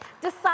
Decide